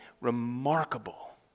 remarkable